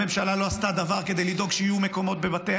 הממשלה לא עשתה דבר כדי לדאוג שיהיו מקומות בבתי